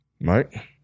Mike